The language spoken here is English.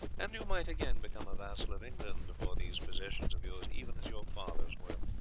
and you might again become a vassal of england for these possessions of yours even as your fathers were.